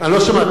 אני לא שמעתי.